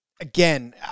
again